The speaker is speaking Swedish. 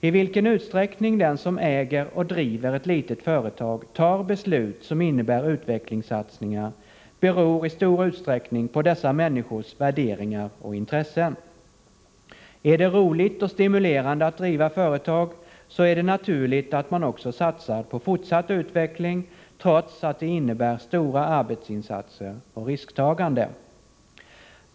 I vilken utsträckning den som äger och driver ett litet företag tar beslut som innebär utvecklingssatsningar beror i stor utsträckning på den människans värderingar och intressen. Är det roligt och stimulerande att driva företag, så är det naturligt att man också satsar på fortsatt utveckling trots att det innebär stora arbetsinsatser och risktagande.